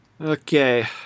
Okay